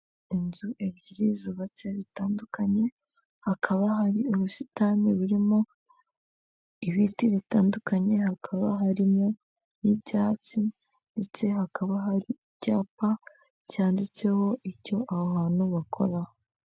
Mu karere ka Muhanga habereyemo irushanwa ry'amagare riba buri mwaka rikabera mu gihugu cy'u Rwanda, babahagaritse ku mpande kugira ngo hataba impanuka ndetse n'abari mu irushanwa babashe gusiganwa nta nkomyi.